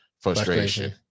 frustration